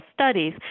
studies